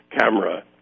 camera